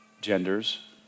genders